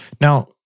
Now